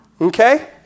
Okay